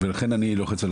ולכן אני לוחץ.